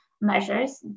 measures